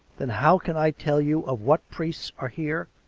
then how can i tell you of what priests are here,